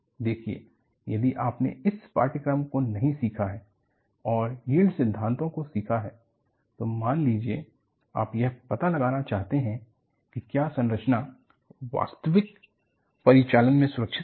देखिए यदि आपने इस पाठ्यक्रम को नहीं सीखा है और यील्ड सिद्धांतों को सीखा है तो मान लीजिए आप यह पता लगाना चाहते हैं कि क्या संरचना वास्तविक परिचालन में सुरक्षित रहेगी